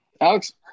Alex